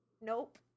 Nope